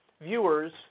viewers